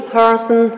person